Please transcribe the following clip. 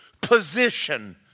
position